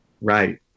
Right